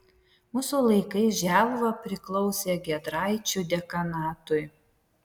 mūsų laikais želva priklausė giedraičių dekanatui